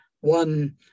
one